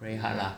praying hard lah